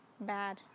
bad